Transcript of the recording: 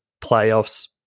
playoffs